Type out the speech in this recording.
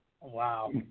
Wow